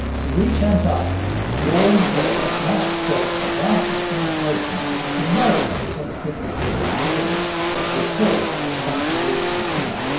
to reach antarctica, warmed air must cross a vast expanse of ocean that is below the temperature of equilibrium with the air and absorbs much of the excess heat.